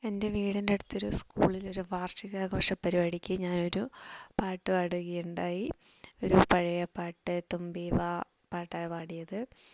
എൻ്റെ വീടിൻ്റെ അടുത്തുള്ളൊരു സ്കൂളിൽ ഒരു വാർഷികാഘോഷ പരിപാടിക്ക് ഞാനൊരു പാട്ട് പാടുകയുണ്ടായി ഒരു പഴയ പാട്ട് തുമ്പി വാ പാട്ടാണ് പാടിയത്